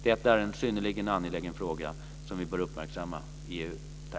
Detta är en synnerligen angelägen fråga som vi bör uppmärksamma i EU.